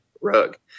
rug